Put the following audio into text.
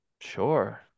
Sure